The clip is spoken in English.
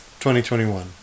2021